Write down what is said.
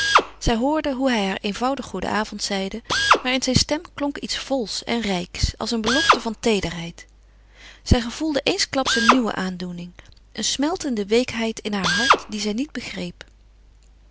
zij hoorde hoe hij haar eenvoudig goedenavond zeide maar in zijn stem klonk iets vols en rijks als een belofte van teederheid zij gevoelde eensklaps een nieuwe aandoening een smeltende weekheid in haar hart die zij niet begreep